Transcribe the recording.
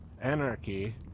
anarchy